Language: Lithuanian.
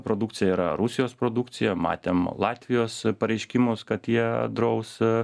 produkcija yra rusijos produkcija matėm latvijos pareiškimus kad jie draus